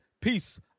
Peace